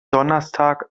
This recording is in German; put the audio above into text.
donnerstag